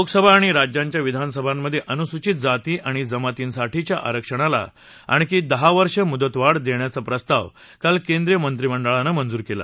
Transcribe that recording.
लोकसभा आणि राज्यांच्या विधानसभांमधे अनुसूचित जाती आणि जमातींसाठीच्या आरक्षणाला आणखी दहा वर्ष मुदतवाढ देण्याचा प्रस्ताव काल केंद्रीय मंत्रिमंडळानं मंजूर केला